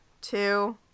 two